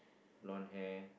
bronze hair